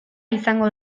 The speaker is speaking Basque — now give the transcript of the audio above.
izango